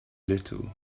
little